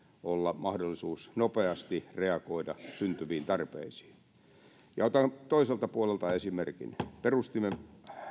olla mahdollisuus nopeasti reagoida syntyviin tarpeisiin otan toiselta puolelta esimerkin perustimme